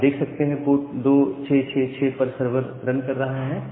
आप देख सकते हैं पोर्ट 2666 पर सर्वर रन कर रहा है